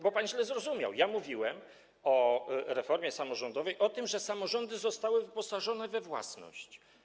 Bo pan źle zrozumiał, ja mówiłem o reformie samorządowej, o tym, że samorządy zostały wyposażone we własność.